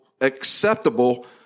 acceptable